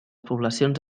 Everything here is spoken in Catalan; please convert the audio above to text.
poblacions